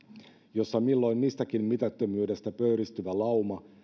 jossa milloin mistäkin mitättömyydestä pöyristyvä lauma